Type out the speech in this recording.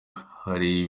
hari